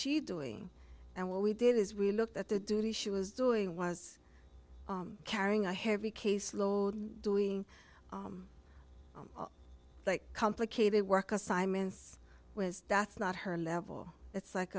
she doing and what we did is we looked at the duty she was doing was carrying a heavy caseload doing like complicated work assignments was that's not her level that's like